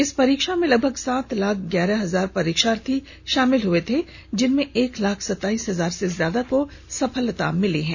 इस परीक्षा में लगभग सात लाख ग्यारह हजार परीक्षार्थी शामिल हुए थे जिनमें एक लाख सताईस हजार से ज्यादा को सफलता मिली है